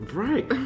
right